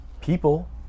people